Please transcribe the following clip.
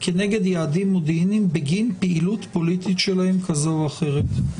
כנגד יעדים מודיעיניים בגין פעילות פוליטית שלהם כזו או אחרת?